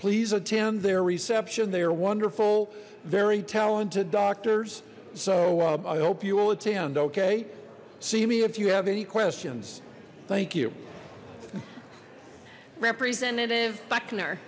please attend their reception they are wonderful very talented doctors so i hope you will attend okay see me if you have any questions thank you representative b